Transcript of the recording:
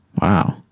Wow